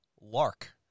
Lark